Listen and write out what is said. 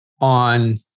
on